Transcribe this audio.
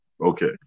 Okay